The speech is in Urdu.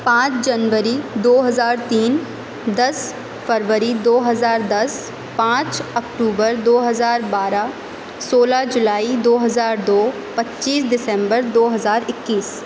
پانچ جنوری دو ہزار تین دس فروری دو ہزار دس پانچ اکتوبر دو ہزار بارہ سولہ جولائی دو ہزار دو پچیس دسمبر دو ہزار اکیس